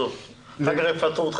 אחר כך יפטרו אותך,